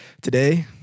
today